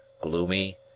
gloomy